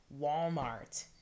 Walmart